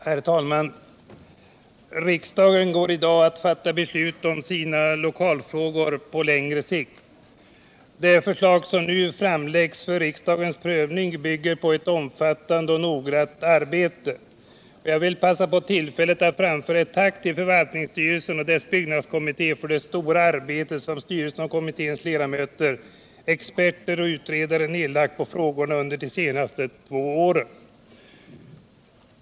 Herr talman! Riksdagen går i dag att fatta beslut om sina lokalfrågor på längre sikt. Det förslag som nu framläggs för riksdagens prövning bygger på ett omfattande och noggrant utredningsarbete. Jag vill passa på tillfället att framföra ett tack till förvaltningsstyrelsen och dess byggnadskommitté för det stora arbetet som styrelsens och kommitténs ledamöter, experter och utredare under de senaste två åren nedlagt på frågorna.